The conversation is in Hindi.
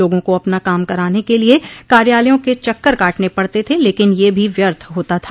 लोगों को अपना काम कराने के लिए कार्यालयों के चक्कर काटने पड़ते थे लेकिन यह भी व्यर्थ होता था